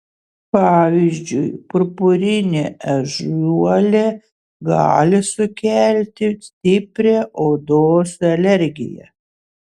pavyzdžiui purpurinė ežiuolė gali sukelti stiprią odos alergiją